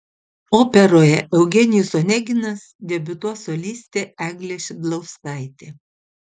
operoje eugenijus oneginas debiutuos solistė eglė šidlauskaitė